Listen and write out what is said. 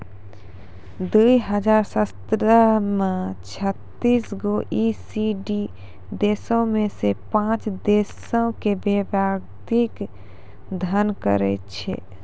दु हजार सत्रह मे छत्तीस गो ई.सी.डी देशो मे से पांच देशो पे व्यक्तिगत धन कर छलै